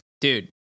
Dude